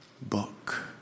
book